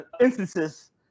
instances